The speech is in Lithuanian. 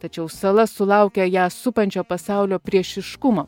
tačiau sala sulaukia ją supančio pasaulio priešiškumo